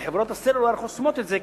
כי חברות הסלולר חוסמות את זה,